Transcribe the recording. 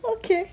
okay